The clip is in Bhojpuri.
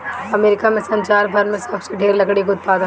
अमेरिका में संसार भर में सबसे ढेर लकड़ी के उत्पादन बा